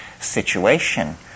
situation